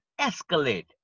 escalate